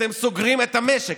אתם סוגרים את המשק.